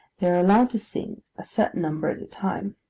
they are allowed to sing, a certain number at a time.